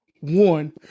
one